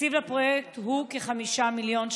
תקציב לפרויקט הוא כ-5 מיליון שקלים,